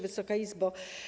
Wysoka Izbo!